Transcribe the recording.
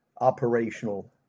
operational